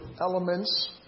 elements